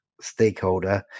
stakeholder